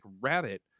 rabbit